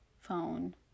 phone